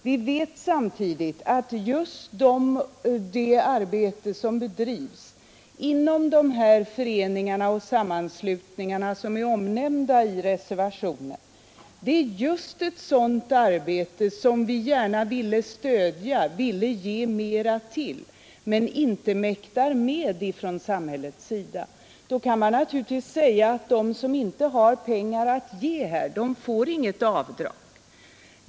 Vi vet samtidigt att just det arbete som bedrivs inom de föreningar och sammanslutningar som är omnämnda i reservationen är ett sådant arbete som samhället gärna vill stödja och ge mera till men inte mäktar med. Då kan man naturligtvis säga att de som inte har pengar att ge får inte något avdrag.